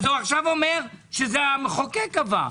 הוא עכשיו אומר שזה המחוקק קבע.